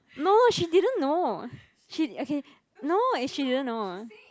no she didn't know she okay no she didn't know